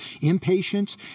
impatient